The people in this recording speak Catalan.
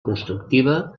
constructiva